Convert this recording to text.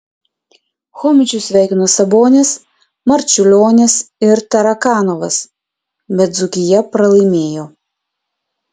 chomičių sveikino sabonis marčiulionis ir tarakanovas bet dzūkija pralaimėjo